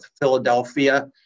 Philadelphia